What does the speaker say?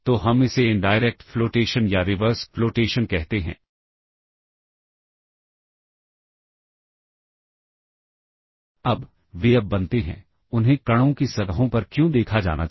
तो यह pop D और पॉप B है तो अगर गलती से हम पहले पॉप B और तब पॉप D दें तो इनका जो कंटेंट है वह उलट जाएगा